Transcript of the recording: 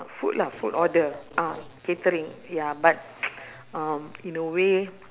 food lah food order ah catering ya but um in a way